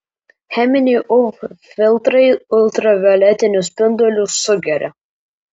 cheminiai uv filtrai ultravioletinius spindulius sugeria